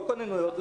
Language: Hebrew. לא כוננויות,